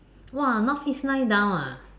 !wah! North east line down ah